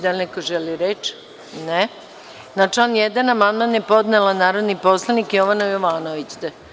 Da li još neko želi reč? (Ne.) Na član 1. amandman je podnela narodni poslanik Jovana Jovanović.